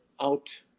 out